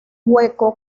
hueco